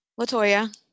LaToya